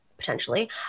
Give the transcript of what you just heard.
potentially